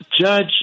Judge